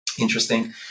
interesting